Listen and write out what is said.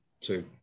two